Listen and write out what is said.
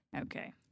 Okay